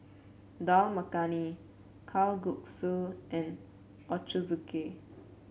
Dal Makhani Kalguksu and Ochazuke